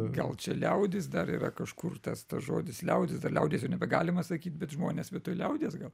gal čia liaudis dar yra kažkur tas žodis liaudis dar liaudies jau nebegalima sakyt bet žmonės vietoj liaudies gal